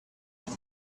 and